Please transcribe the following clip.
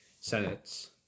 senates